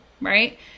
right